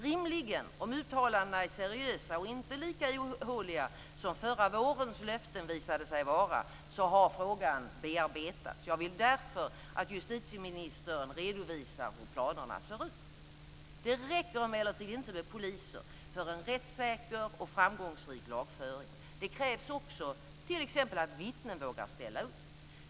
Rimligen, om uttalandena är seriösa och inte lika ihåliga som förra vårens löften visade sig vara, har frågan bearbetats. Jag vill därför att justitieministern redovisar hur planerna ser ut. Det räcker emellertid inte med poliser för en rättssäker och framgångsrik lagföring. Det krävs t.ex. också att vittnen vågar ställa upp.